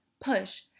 PUSH